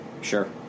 Sure